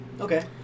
Okay